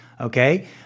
Okay